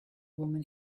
woman